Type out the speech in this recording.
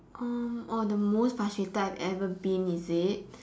uh oh the most frustrated I've ever been is it